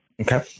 okay